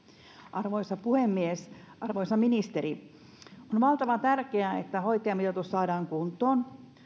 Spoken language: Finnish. arvoisa puhemies arvoisa ministeri on valtavan tärkeää että hoitajamitoitus saadaan kuntoon